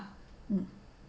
um